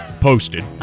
posted